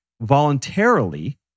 voluntarily